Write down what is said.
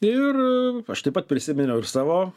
ir aš taip pat prisiminiau ir savo